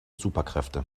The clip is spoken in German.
superkräfte